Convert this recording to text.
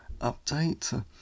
update